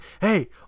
Hey